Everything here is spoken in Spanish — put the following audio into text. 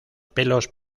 pelos